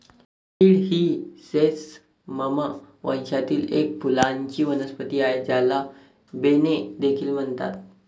तीळ ही सेसमम वंशातील एक फुलांची वनस्पती आहे, ज्याला बेन्ने देखील म्हणतात